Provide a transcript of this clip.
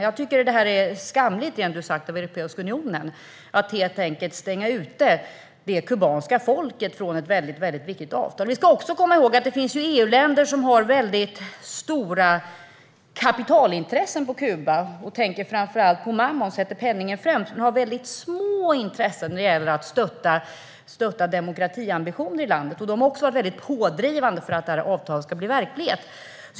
Jag tycker att det är skamligt, rent ut sagt, av Europeiska unionen att helt enkelt stänga ute det kubanska folket från ett väldigt viktigt avtal. Vi ska också komma ihåg att det finns EU-länder som har stora kapitalintressen på Kuba. De tänker framför allt på mammon och sätter penningen främst, och de har ett väldigt litet intresse när det gäller att stötta demokratiambitioner i landet. Dessa länder har varit pådrivande för att det här avtalet ska bli verklighet.